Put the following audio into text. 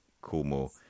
Como